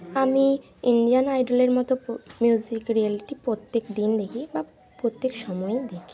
আমি ইন্ডিয়ান আইডলের মতো প মিউজিক রিয়েলিটি প্রত্যেক দিন দেখি বা প্রত্যেক সময়ই দেখি